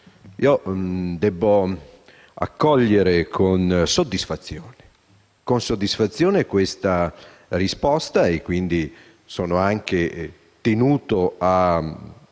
debbo accogliere con soddisfazione questa risposta, quindi sono anche tenuto a